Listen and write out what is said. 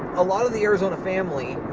a lot of the arizona family,